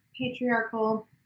patriarchal